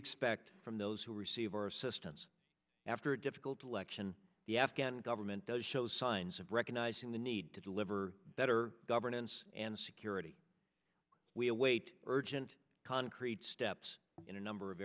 expect from those who receive our assistance after a difficult election the afghan government does show signs of recognizing the need to deliver better governance and security we await urgent concrete steps in a number of